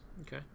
Okay